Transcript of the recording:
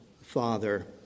father